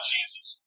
Jesus